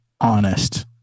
honest